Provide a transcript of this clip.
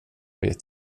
vet